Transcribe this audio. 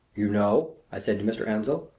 you know, i said to mr. ansell,